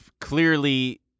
clearly